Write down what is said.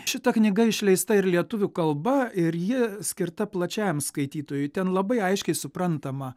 šita knyga išleista ir lietuvių kalba ir ji skirta plačiajam skaitytojui ten labai aiškiai suprantama